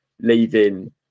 leaving